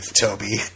Toby